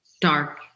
dark